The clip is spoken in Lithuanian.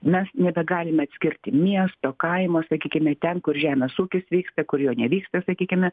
mes nebegalime atskirti miesto kaimo sakykime ten kur žemės ūkis vyksta kur jo nevyksta sakykime